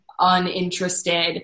uninterested